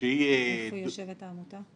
שהיא --- איפה יושבת העמותה?